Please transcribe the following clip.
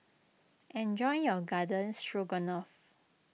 enjoy your Garden Stroganoff